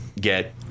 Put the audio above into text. get